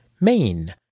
MAIN